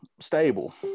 stable